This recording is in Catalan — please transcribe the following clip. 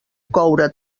coure